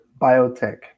biotech